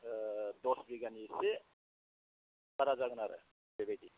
दस बिगानि एसे बारा जागोन आरो बेबायदि